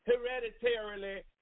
hereditarily